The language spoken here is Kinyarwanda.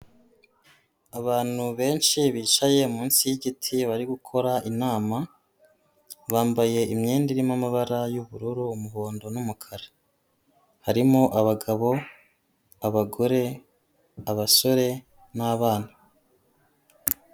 Abantu benshi bicaye munsi y'igiti, bari gukora inama. Bambaye imyenda irimo amabara y'ubururu, umuhondo n'umukara, harimo abagabo, abagore, abasore n'abana.